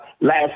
last